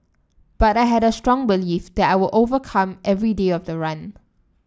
but I had a strong belief that I will overcome every day of the run